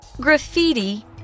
Graffiti